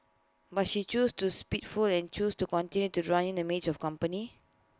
but she chose to spiteful and chose to continue to ruin the image of the company